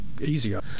easier